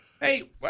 hey